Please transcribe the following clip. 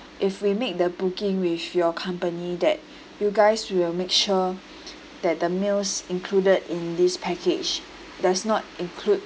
if we make the booking with your company that you guys will make sure that the meals included in this package does not include